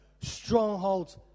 strongholds